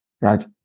Right